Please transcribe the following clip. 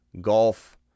golf